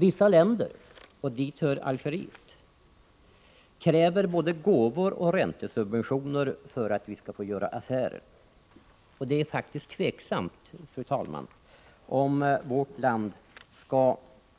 Vissa länder, och dit hör Algeriet, kräver både gåvor och räntesubventioner för att vi skall få göra affärer, och det är faktiskt tvivelaktigt om vårt land skall